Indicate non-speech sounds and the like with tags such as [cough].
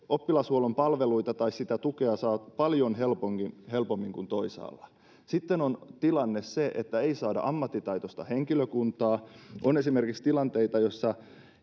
[unintelligible] oppilashuollon palveluita tai tukea saa paljon helpommin helpommin kuin toisaalla sitten on tilanne se että ei saada ammattitaitoista henkilökuntaa on esimerkiksi tilanteita joissa